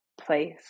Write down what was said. place